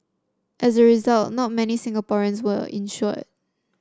as a result not many Singaporeans were insured